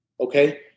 Okay